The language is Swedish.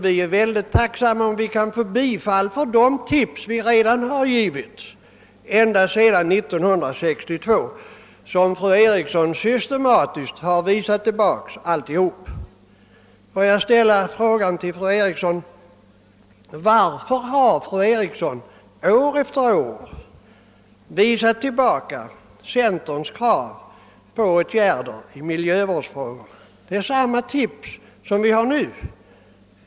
Vi är mycket tacksamma om vi kan få bifall till de tips vi fört fram ända sedan 1962, vilka fru Eriksson systematiskt tillbakavisat. Får jag ställa en fråga till fru Eriksson: Varför har fru Eriksson år efter år visat tillbaka centerns krav på åtgärder i miljövårdsfrågor? Vi har samma uppslag nu.